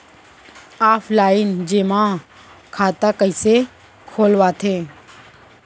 Offline जेमा खाता कइसे खोलवाथे?